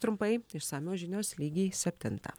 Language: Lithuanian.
trumpai išsamios žinios lygiai septintą